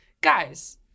guys